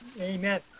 Amen